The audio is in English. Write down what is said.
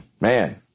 man